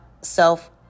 self